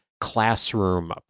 classroom